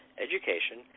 education